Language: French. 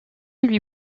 lui